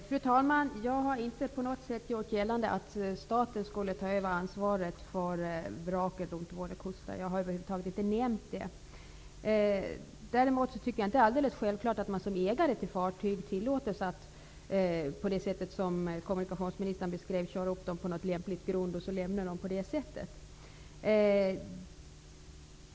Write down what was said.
Fru talman! Jag har inte på något sätt gjort gällande att staten skulle ta över ansvaret för vrak runt våra kuster. Jag har över huvud taget inte nämnt det. Däremot tycker jag inte att det är alldeles självklart att man som ägare till fartyg tillåts att köra upp dem på något lämpligt grund och lämna dem, på det sätt som kommunikationsministern beskrev.